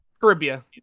Caribbean